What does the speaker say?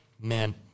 man